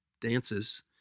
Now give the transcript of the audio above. dances